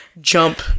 jump